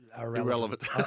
Irrelevant